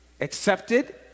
accepted